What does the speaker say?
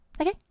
Okay